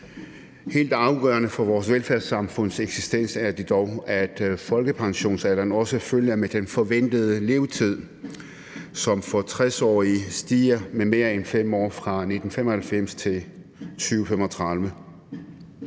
Helt afgørende for vores velfærdssamfunds eksistens er det dog, at folkepensionsalderen også følger med den forventede levetid, som for 60-årige stiger med mere end 5 år fra 1995 til 2035.